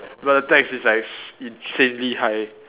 but the tax is like s~ insanely high